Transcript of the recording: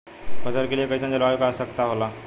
फसल के लिए कईसन जलवायु का आवश्यकता हो खेला?